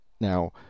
Now